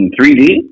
3D